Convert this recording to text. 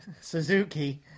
Suzuki